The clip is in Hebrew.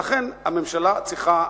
ולכן הממשלה צריכה